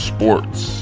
Sports